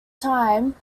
time